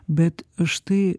bet štai